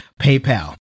PayPal